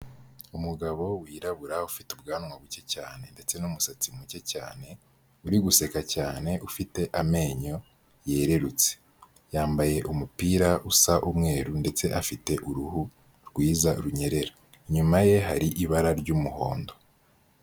Umugabo wirabura ufite ubwanwa buke cyane ndetse n'umusatsi muke cyane, uri guseka cyane, ufite amenyo yerurutse, yambaye umupira usa umweru ndetse afite uruhu rwiza runyerera, inyuma ye hari ibara ry'umuhondo.